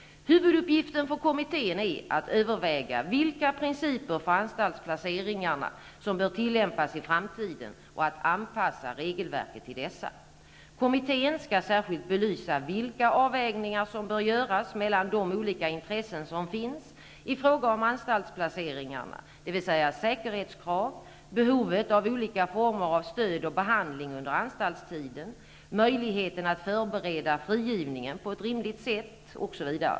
Huvuduppgiften för kommittén är att överväga vilka principer för anstaltsplaceringarna som bör tillämpas i framtiden och att anpassa regelverket till dessa. Kommittén skall särskilt belysa vilka avvägningar som bör göras mellan de olika intressen som finns i fråga om anstaltsplaceringarna, dvs. säkerhetskrav, behovet av olika former av stöd och behandling under anstaltstiden, möjligheter att förbereda frigivningen på ett rimligt sätt etc.